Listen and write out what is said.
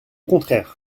contraire